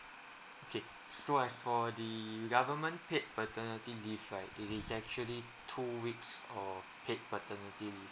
okay so as for the government paid paternity leave right it is actually two weeks of paid paternity leave